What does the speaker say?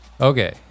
Okay